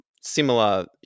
similar